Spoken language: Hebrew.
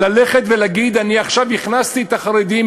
ללכת ולהגיד: אני עכשיו הכנסתי את החרדים?